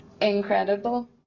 incredible